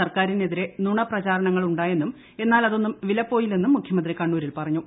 സർക്കാരിനെതിരെ നുണ പ്രചാരണങ്ങൾ ഉണ്ടായെന്നും എന്നാൽ അതൊന്നും വിലപ്പോയില്ലെന്നും മുഖ്യമന്ത്രി കണ്ണൂരിൽ പറഞ്ഞു